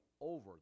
over